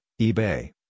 eBay